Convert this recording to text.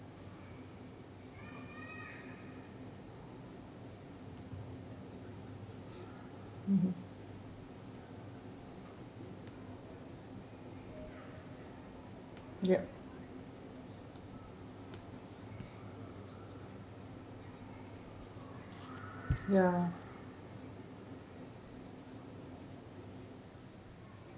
mmhmm yup ya